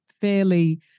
fairly